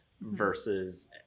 versus